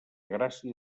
gràcia